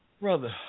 Brother